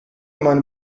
meine